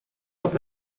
auf